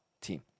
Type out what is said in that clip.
team